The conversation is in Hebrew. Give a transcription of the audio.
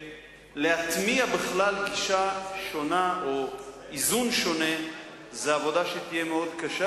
ולהטמיע בכלל גישה שונה או איזון שונה זו עבודה שתהיה מאוד קשה,